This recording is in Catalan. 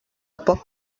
poc